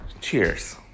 cheers